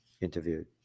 interviewed